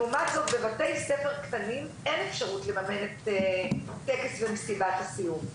לעומת זאת בבתי ספר קטנים אין אפשרות לממן את הטקס ומסיבת הסיום.